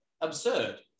absurd